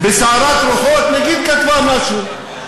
בסערת רוחות, נגיד כתבה משהו.